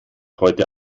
heute